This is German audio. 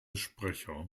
sprecher